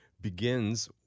begins